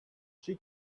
she